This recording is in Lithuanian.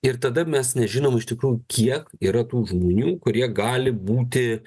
ir tada mes nežinom iš tikrųjų kiek yra tų žmonių kurie gali būti